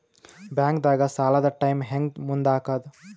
ಬ್ಯಾಂಕ್ದಾಗ ಸಾಲದ ಟೈಮ್ ಹೆಂಗ್ ಮುಂದಾಕದ್?